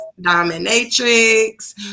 Dominatrix